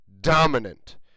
dominant